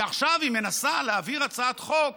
ועכשיו היא מנסה להעביר הצעת חוק